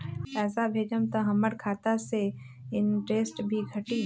पैसा भेजम त हमर खाता से इनटेशट भी कटी?